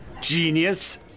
Genius